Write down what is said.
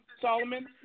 Solomon